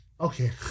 Okay